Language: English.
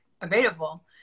available